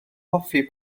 hoffi